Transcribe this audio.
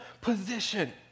position